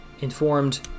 informed